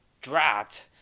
dropped